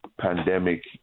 pandemic